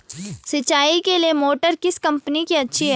सिंचाई के लिए मोटर किस कंपनी की अच्छी है?